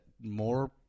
more